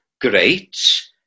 great